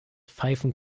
pfeifen